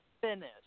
finish